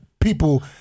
people